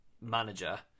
manager